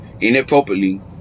inappropriately